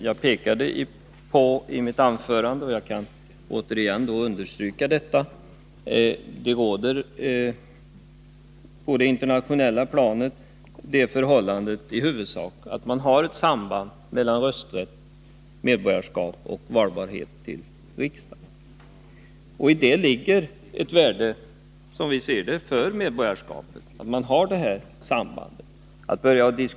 Jag pekade på i mitt förra inlägg, och jag kan återigen understryka det, att det på internationella planet råder i huvudsak det förhållandet att man har ett samband mellan rösträtt, medborgarskap och valbarhet till riksdagen. I det sambandet ligger, som vi ser det, ett värde för medborgarskapet.